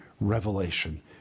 revelation